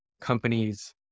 companies